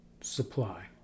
supply